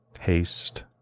Haste